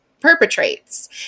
perpetrates